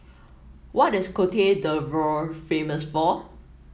what is Cote d'Ivoire famous for